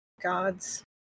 gods